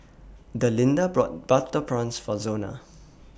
Delinda brought Butter Prawns For Zona